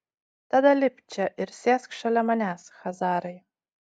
tada lipk čia ir sėsk šalia manęs chazarai